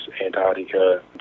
Antarctica